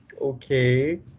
Okay